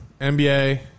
NBA